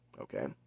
okay